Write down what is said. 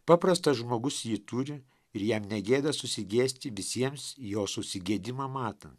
paprastas žmogus ji turi ir jam negėda susigėsti visiems jos susigėdimą matant